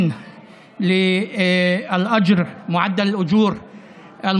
החוק החשוב הזה של הצמדת קצבאות הזקנה